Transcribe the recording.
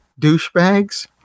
douchebags